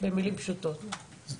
במילים פשוטות.